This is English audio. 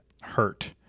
hurt